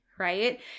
right